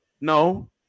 no